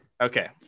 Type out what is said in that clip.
Okay